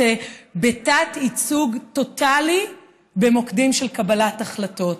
בתת-ייצוג טוטלי במוקדים של קבלת החלטות.